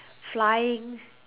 flying